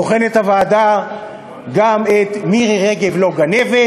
בוחנת הוועדה גם את "מירי רגב לא גנבת"